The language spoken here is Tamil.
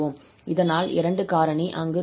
இதனால் 2 காரணி அங்கு தோன்றும்